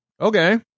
Okay